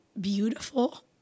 beautiful